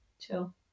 chill